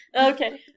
Okay